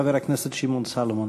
חבר הכנסת שמעון סולומון.